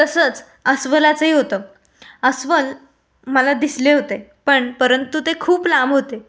तसंच अस्वलाचंही होतं अस्वल मला दिसले होते पण परंतु ते खूप लांब होते